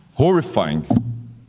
Horrifying